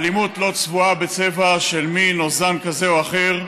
האלימות לא צבועה בצבע של מין או זן כזה או אחר,